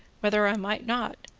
whether i might not,